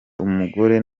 umugore